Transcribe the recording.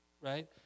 right